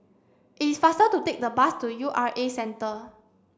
it is faster to take the bus to U R A Centre